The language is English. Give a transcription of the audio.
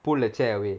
pull a chair away